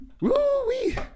Woo-wee